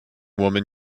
woman